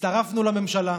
הצטרפנו לממשלה,